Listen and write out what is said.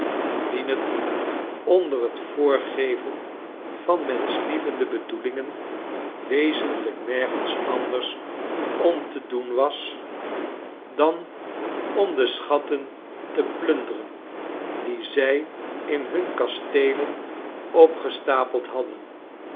wien t onder t voorgeven van menschlievende bedoelingen wezenlijk nergens anders om te doen was dan om de schatten te plunderen die zij in hun kasteelen opgestapeld hadden